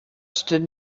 stood